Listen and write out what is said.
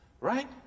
right